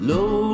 Low